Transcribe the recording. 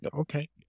Okay